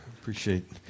appreciate